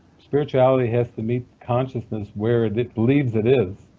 spirituality has to meet consciousness where it it believes it is,